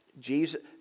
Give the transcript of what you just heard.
Jesus